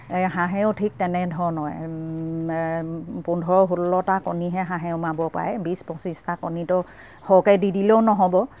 হাঁহেও ঠিক তেনেধৰণৰ পোন্ধৰ ষোল্লটা কণীহে হাঁহেও উমাব পাৰে বিছ পঁচিছটা কণীটো সৰহকে দি দিলেও নহ'ব